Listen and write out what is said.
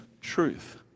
truth